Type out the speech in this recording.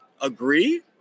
agree